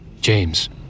James